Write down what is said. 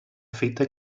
fita